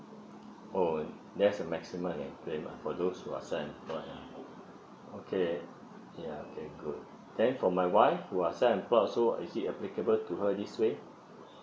oh there's a maximum can claim ah for those who are self employed ah okay ya okay good then for my wife who are self employed also is it applicable to her in this way